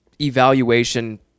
evaluation